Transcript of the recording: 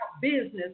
business